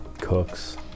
Cooks